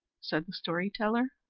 said the story-teller.